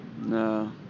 no